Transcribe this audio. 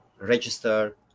register